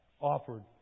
offered